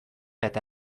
eta